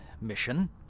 mission